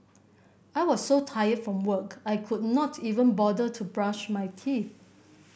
I was so tired from work I could not even bother to brush my teeth